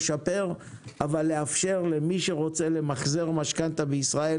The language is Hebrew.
לשפר אבל לאפשר למי שרוצה למחזר משכנתא בישראל